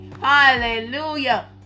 hallelujah